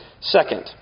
Second